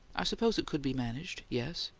i suppose it could be managed yes.